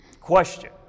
question